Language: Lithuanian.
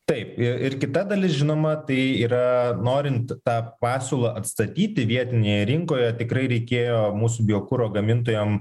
taip ir ir kita dalis žinoma tai yra norint tą pasiūlą atstatyti vietinėje rinkoje tikrai reikėjo mūsų biokuro gamintojam